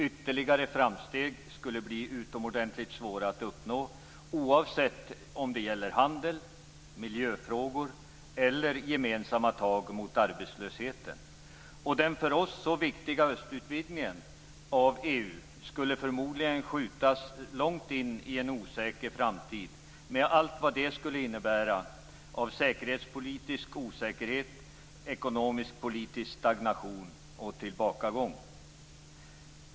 Ytterligare framsteg skulle bli utomordentligt svåra att uppnå, oavsett om det gäller handel, miljöfrågor eller gemensamma tag mot arbetslösheten. Den för oss så viktiga östutvidgningen av EU skulle förmodligen skjutas långt in i en osäker framtid, med allt vad det skulle innebära av säkerhetspolitisk osäkerhet och ekonomisk-politisk stagnation och tillbakagång.